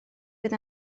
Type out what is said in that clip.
fydd